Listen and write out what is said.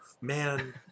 man